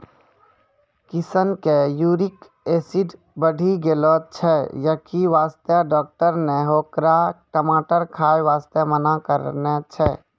किशन के uric acid बढ़ी गेलो छै यही वास्तॅ डाक्टर नॅ होकरा टमाटर खाय वास्तॅ मना करनॅ छै